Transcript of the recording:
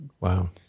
Wow